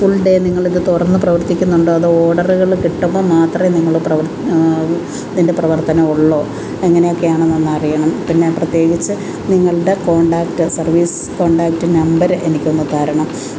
full day നിങ്ങളിത് തുറന്നു പ്രവർത്തിക്കുന്നുണ്ടോ അതോ ഓർഡറുകൾ കിട്ടുമ്പോൾ മാത്രമേ നിങ്ങൾ പ്രവർ ഇതിൻ്റെ പ്രവർത്തനം ഉള്ളോ എങ്ങനെയൊക്കെയാണെന്നൊന്ന് അറിയണം പിന്നെ പ്രത്യേകിച്ച് നിങ്ങളുടെ കോൺടാക്ട് സർവീസ് കോണ്ടാക്ട് നമ്പർ എനിക്കൊന്നു തരണം